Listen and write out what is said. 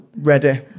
ready